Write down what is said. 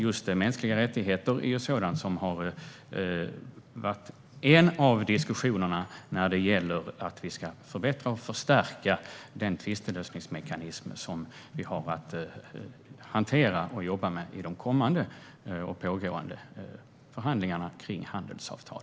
Just mänskliga rättigheter har varit ämnet för en av diskussionerna när det gäller att förbättra och förstärka den tvistlösningsmekanism vi har att jobba med i de kommande och pågående förhandlingarna om handelsavtal.